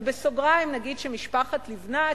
ובסוגריים נגיד שמשפחת לבנת,